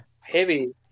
heavy